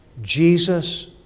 Jesus